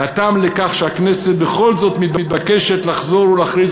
הטעם לכך שהכנסת בכל זאת מתבקשת לחזור ולהכריז